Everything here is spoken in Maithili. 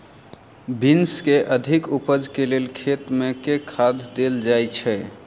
बीन्स केँ अधिक उपज केँ लेल खेत मे केँ खाद देल जाए छैय?